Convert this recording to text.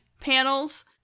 panels